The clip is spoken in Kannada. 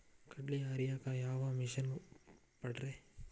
ಕಡ್ಲಿ ಹರಿಯಾಕ ಯಾವ ಮಿಷನ್ ಪಾಡ್ರೇ?